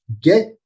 get